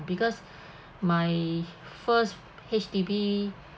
because my first H_D_B